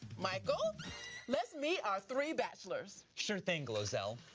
michael, let's meet our three bachelors. sure thing, glozell.